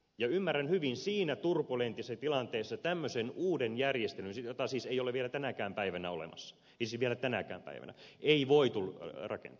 ja ymmärrän hyvin että siinä turbulentissa tilanteessa tämmöistä uutta järjestelyä jota siis ei ole vielä tänäkään päivänä olemassa siis vielä tänäkään päivänä ei voitu rakentaa